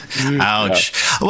Ouch